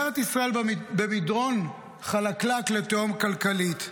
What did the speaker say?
את ישראל במדרון חלקלק לתהום כלכלית.